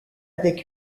avec